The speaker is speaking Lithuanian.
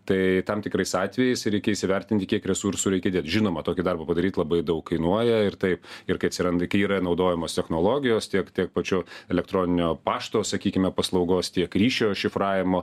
tai tam tikrais atvejais reikia įsivertinti kiek resursų reikia dėt žinoma tokį darbą padaryt labai daug kainuoja ir taip ir kai atsiranda kai yra naudojamos technologijos tiek tiek pačio elektroninio pašto sakykime paslaugos tiek ryšio šifravimo